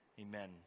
Amen